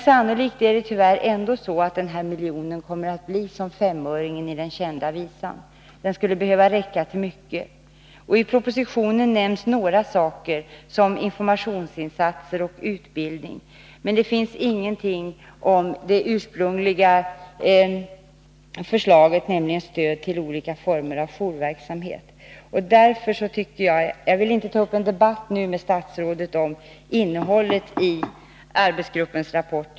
Sannolikt kommer det tyvärr ändå att gå med den miljonen som det går med femöringen i en känd visa. Den skulle alltså behöva räcka till mycket. I propositionen nämns några saker, såsom informationsinsatser och utbildning. Däremot nämns ingenting om det ursprungliga förslaget, nämligen om stödet till olika former av jourverksamhet. Jag skall inte ta upp en debatt nu med statsrådet om innehållet i arbetsgruppens rapport.